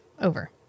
Over